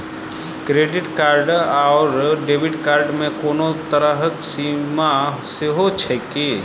Credit card आओर debit card मे कोनो तरहक सीमा सेहो छैक की?